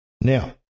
Now